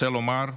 רוצה לומר,